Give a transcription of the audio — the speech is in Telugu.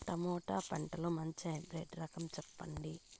టమోటా పంటలో మంచి హైబ్రిడ్ రకం చెప్పండి?